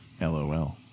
LOL